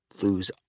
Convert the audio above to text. Lose